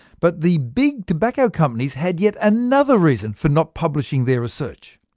but the big tobacco companies had yet another reason for not publishing their research.